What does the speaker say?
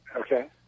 okay